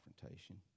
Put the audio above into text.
confrontation